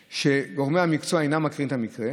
גורמי המקצוע אינם מכירים את המקרה,